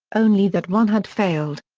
only that one had failed.